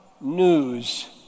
news